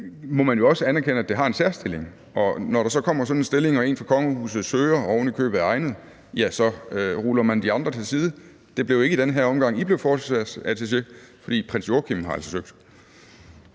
må man jo også anerkende, at det har en særstilling, og når der så kommer sådan en stilling og en fra kongehuset søger og oven i købet er egnet, så ruller man de andre til side. Det blev ikke i den her omgang, I blev forsvarsattaché, for prins Joachim har altså søgt.